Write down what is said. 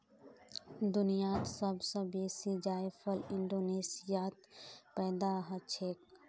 दुनियात सब स बेसी जायफल इंडोनेशियात पैदा हछेक